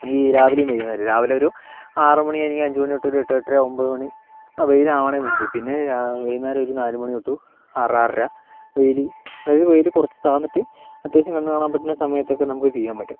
ഈ രാവിലേയും വൈകുന്നേരവും രാവിലെ ഒരു ആറു മണി അല്ലെങ്കിൽ അഞ്ച് മണി തൊട്ട് ഒരു എട്ട് എട്ടര ഒമ്പത് മണി ആ വെയിലാവണതിനു മുൻപ് പിന്നെ വൈകുന്നേരം ഒരു നാല് മണി തൊട്ട് ആറ് ആറര വെയിൽ അത് വെയിൽ കുറച്ച് താഴ്ന്നിട്ട് അത്യാവശ്യം കണ്ണു കാണാൻ പറ്റണ സമയത്തൊക്കെ നമുക്ക് ചെയ്യാൻ പറ്റും